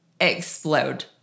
explode